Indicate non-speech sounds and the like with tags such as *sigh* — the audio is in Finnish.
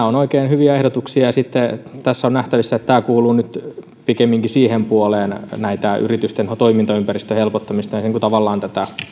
*unintelligible* ovat oikein hyviä ehdotuksia tässä on nähtävissä että tämä kuuluu nyt pikemminkin siihen puoleen yritysten toimintaympäristön helpottamista jossa tavallaan